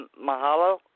Mahalo